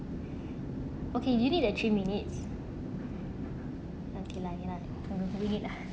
okay you need the three minutes okay lah okay lah no need ah